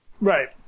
right